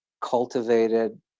cultivated